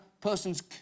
person's